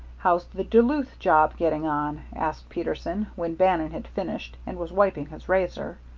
how's the duluth job getting on? asked peterson, when bannon had finished, and was wiping his razor.